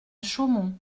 chaumont